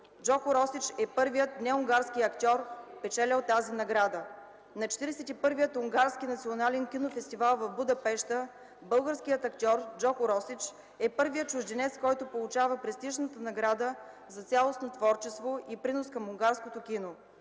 Джордже Росич е първият неунгарски актьор, печелил тази награда. На 41-я унгарски национален кинофестивал в Будапеща българският актьор Джордже Росич е първият чужденец, който получава престижната награда за цялостно творчество и принос към унгарското кино.